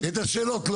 את השאלות.